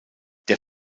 der